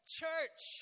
church